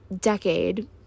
decade